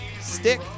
Stick